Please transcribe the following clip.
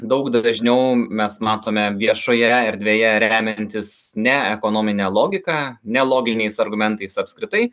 daug dažniau mes matome viešoje erdvėje remiantis ne ekonomine logika ne loginiais argumentais apskritai